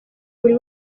buri